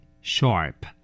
Sharp